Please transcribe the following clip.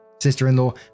sister-in-law